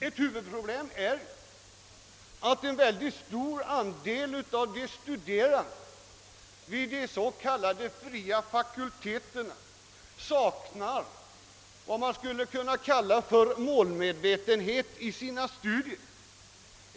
Ett huvudproblem är att en mycket stor andel av de studerande vid de s.k. fria fakulteterna saknar vad man skulle kunna kalla målmedvetenhet i sina studier.